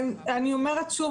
אני אומרת שוב,